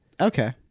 Okay